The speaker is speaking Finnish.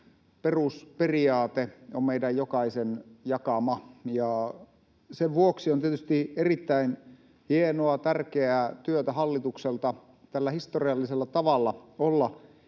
perusperiaate on meidän jokaisen jakama. Sen vuoksi on tietysti erittäin hienoa, tärkeää työtä hallitukselta tällä historiallisella tavalla olla